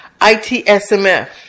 ITSMF